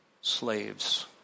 slaves